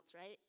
right